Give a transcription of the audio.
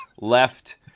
left